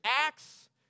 Acts